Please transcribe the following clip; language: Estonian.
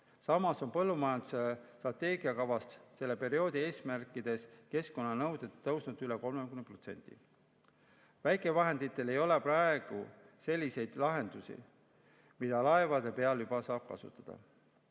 Samas on põllumajanduse strateegiakavas selle perioodi eesmärkides keskkonnanõuded tõusnud üle 30%. Väikevahenditele ei ole praegu selliseid lahendusi, mida laevade peal juba saab kasutada.